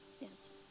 Yes